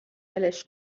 ولش